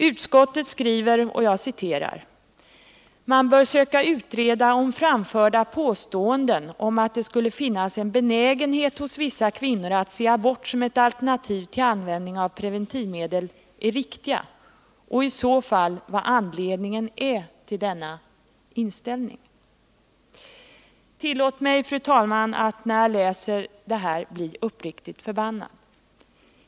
Utskottet skriver: ”Man bör också söka utreda om framförda påståenden om att det skulle finnas en benägenhet hos vissa kvinnor att se abort som ett alternativ till användning av preventivmedel är riktiga och i så fall vad anledningen är till denna inställning.” Tillåt mig, fru talman, att när jag läser detta bli uppriktigt förbannad.